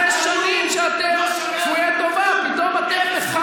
אחרי שנים שאתם כפויי טובה -- לא שווה אפילו --- אפס מאופס.